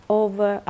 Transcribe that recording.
over